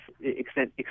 extent